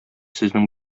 сезнең